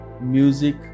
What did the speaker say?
music